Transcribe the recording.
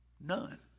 None